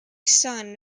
son